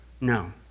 No